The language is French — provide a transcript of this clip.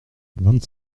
vingt